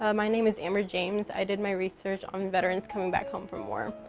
ah my name is amber james. i did my research on veterans coming back home from war.